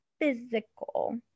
physical